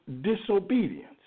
disobedience